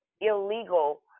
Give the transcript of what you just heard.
illegal